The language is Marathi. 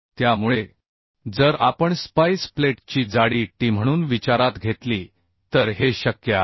त्यामुळे जर आपण स्पाईस प्लेट ची जाडी tम्हणून विचारात घेतली तर हे शक्य आहे